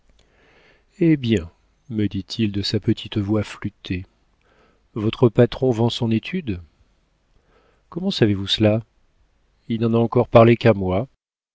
eh bien me dit-il de sa petite voix flûtée votre patron vend son étude comment savez-vous cela il n'en a encore parlé qu'à moi